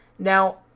Now